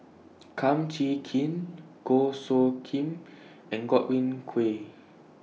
Kum Chee Kin Goh Soo Khim and Godwin Koay